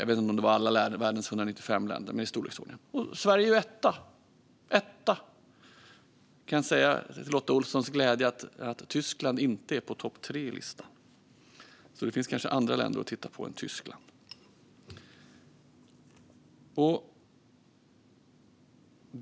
Jag vet inte om det är alla världens 195 länder, men i den storleksordningen. Sverige är etta. Jag kan säga till Lotta Olssons glädje att Tyskland inte är i topp tre på listan, så det finns kanske andra länder att titta på än Tyskland.